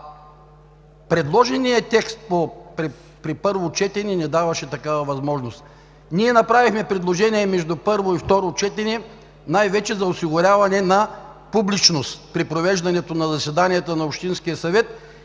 предложения текст при първо четене не даваше такава възможност. Ние направихме предложение между първо и второ четене най-вече за осигуряване на публичност при провеждането на заседанията на Общинския съвет.